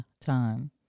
time